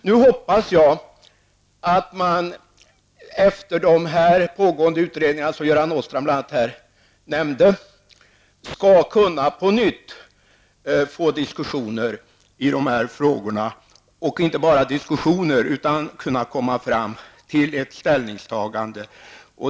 Nu hoppas jag att man, efter de pågående utredningar som bl.a. Göran Åstrand nämnde, på nytt skall kunna diskutera de här frågorna och inte bara diskutera, utan kunna komma fram till ett ställningstagande.